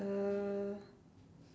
uh